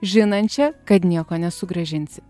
žinančią kad nieko nesugrąžinsi